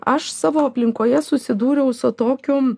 aš savo aplinkoje susidūriau su tokiu